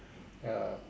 ya